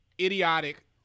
idiotic